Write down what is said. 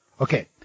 Okay